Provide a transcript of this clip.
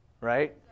right